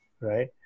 right